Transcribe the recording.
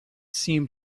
seemed